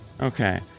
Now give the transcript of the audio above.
Okay